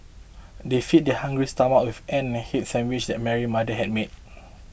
they fed their hungry stomachs of and sandwiches that Mary's mother had made